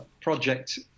project